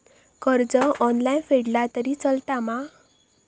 कर्ज ऑनलाइन फेडला तरी चलता मा?